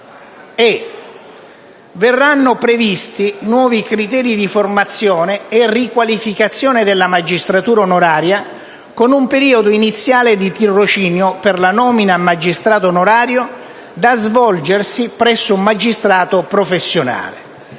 verranno previsti nuovi criteri di formazione e riqualificazione della magistratura onoraria, con un periodo iniziale di tirocinio per la nomina a magistrato onorario da svolgersi presso un magistrato professionale.